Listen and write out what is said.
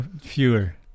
fewer